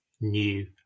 new